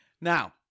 Now